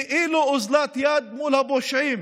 כאילו אוזלת יד מול הפושעים,